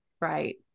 right